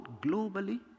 globally